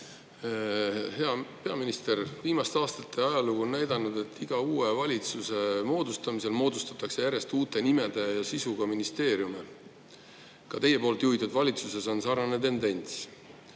Hea peaminister! Viimaste aastate ajalugu on näidanud, et iga uue valitsusega moodustatakse järjest uute nimede ja sisuga ministeeriume. Ka teie juhitud valitsuses on sarnane tendents.